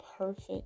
perfect